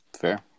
Fair